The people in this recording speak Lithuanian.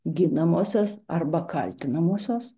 ginamosios arba kaltinamosios